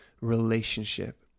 relationship